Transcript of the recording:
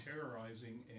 terrorizing